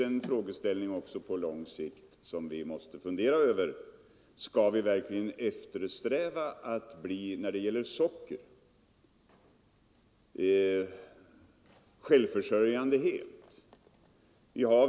En frågeställning på lång sikt som vi också måste fundera över är naturligtvis om vi verkligen skall eftersträva att bli helt självförsörjande när det gäller socker.